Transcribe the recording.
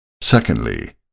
Secondly